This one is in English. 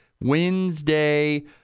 Wednesday